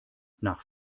nach